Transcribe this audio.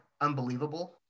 unbelievable